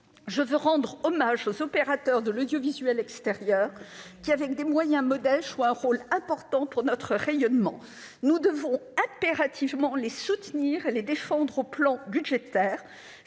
je veux rendre hommage aux opérateurs de l'audiovisuel extérieur, qui, avec des moyens modestes, jouent un rôle important pour notre rayonnement. Nous devons impérativement les soutenir et les défendre sur le plan budgétaire.